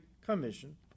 commission